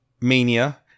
mania